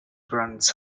bronze